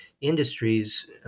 industries